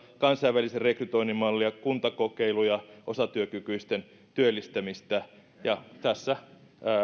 kansainvälisen rekrytoinnin mallia kuntakokeiluja osatyökykyisten työllistämistä ja tässä